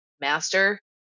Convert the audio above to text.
master